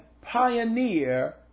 pioneer